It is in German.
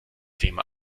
thema